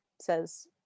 says